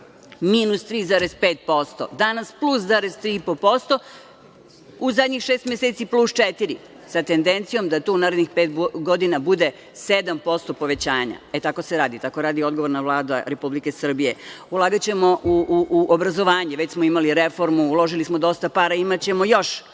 minus 3,5%. Danas plus 3,5%. U zadnjih šest meseci plus 4% sa tendencijom da tu narednih pet godina bude 7% povećanja. Tako se radi! Tako radi odgovorna Vlada Republike Srbije. Ulagaćemo u obrazovanje. Već smo imali reformu, uložili smo dosta para. Imaćemo još